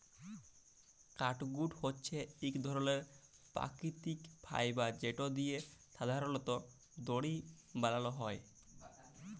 catgut হছে ইক ধরলের পাকিতিক ফাইবার যেট দিঁয়ে সাধারলত দড়ি বালাল হ্যয়